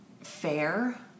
fair